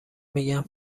میگم